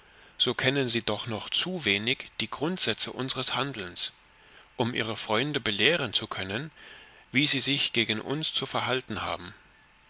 so kennen sie doch noch zu wenig die grundsätze unsres handelns um ihre freunde belehren zu können wie sie sich gegen uns zu verhalten haben